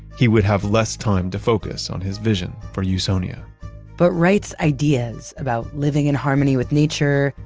he would have less time to focus on his vision for usonia but wright's ideas about living in harmony with nature,